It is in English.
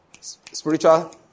spiritual